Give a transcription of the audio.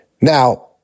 Now